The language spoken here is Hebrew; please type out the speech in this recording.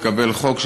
לקבל חוק,